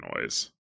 noise